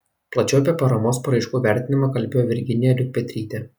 plačiau apie paramos paraiškų vertinimą kalbėjo virginija liukpetrytė